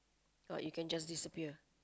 oh you can just disappear